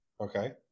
Okay